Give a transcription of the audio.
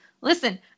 listen